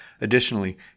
Additionally